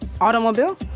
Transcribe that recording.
Automobile